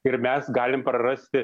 ir mes galim prarasti